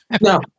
No